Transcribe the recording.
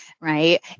Right